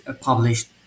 published